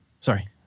sorry